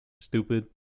stupid